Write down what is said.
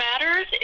Matters